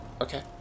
okay